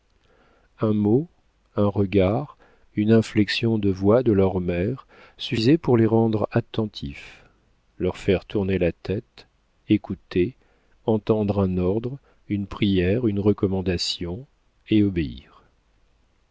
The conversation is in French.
un mot un regard une inflexion de voix de leur mère suffisait pour les rendre attentifs leur faire tourner la tête écouter entendre un ordre une prière une recommandation et obéir